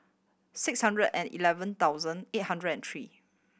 six hundred and eleven thousand eight hundred and three